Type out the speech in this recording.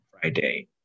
Friday